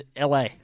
LA